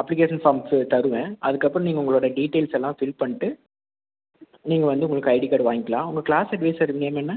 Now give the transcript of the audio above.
application forms தருவேன் அதுக்கப்புறோம் நீங்கள் உங்களோடய டீட்டெயில்ஸ் எல்லாம் ஃபில் பண்ணிட்டு நீங்கள் வந்து உங்களுக்கு ஐடி கார்டு வாங்க்கிலாம் உங்கள் க்ளாஸ் அட்வைசரு நேம் என்ன